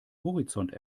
horizont